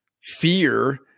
fear